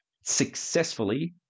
successfully